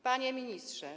Panie Ministrze!